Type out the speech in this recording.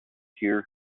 here